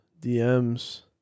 DMs